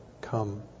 Come